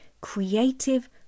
creative